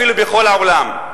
אפילו בכל העולם.